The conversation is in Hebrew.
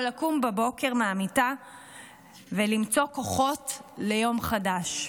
לקום בבוקר מהמיטה ולמצוא כוחות ליום חדש.